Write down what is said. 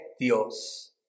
Dios